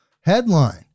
Headline